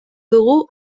dugu